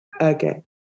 okay